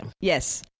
Yes